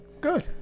Good